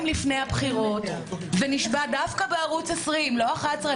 לפני הבחירות ונשבע דווקא בערוץ 10 לא 11,